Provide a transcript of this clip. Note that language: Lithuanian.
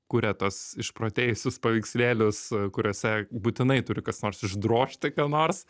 kuria tuos išprotėjusius paveikslėlius kuriuose būtinai turi kas nors išdrožti ką nors